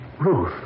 Ruth